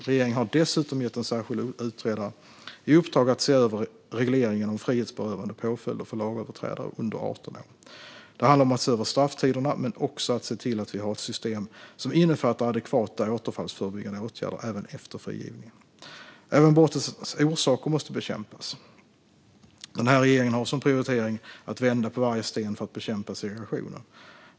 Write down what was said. Regeringen har dessutom gett en särskild utredare i uppdrag att se över regleringen om frihetsberövande påföljder för lagöverträdare under 18 år. Det handlar om att se över strafftiderna, men också att se till att vi har ett system som innefattar adekvata återfallsförebyggande åtgärder även efter frigivningen. Även brottens orsaker måste bekämpas. Den här regeringen har som prioritering att vända på varje sten för att bekämpa segregationen.